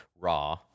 raw